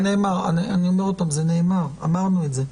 זה נאמר, אמרנו את זה.